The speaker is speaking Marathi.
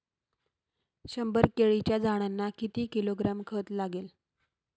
शंभर केळीच्या झाडांना किती किलोग्रॅम खत लागेल?